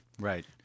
Right